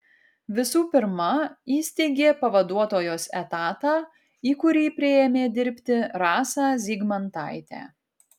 visų pirma įsteigė pavaduotojos etatą į kurį priėmė dirbti rasą zygmantaitę